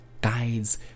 guides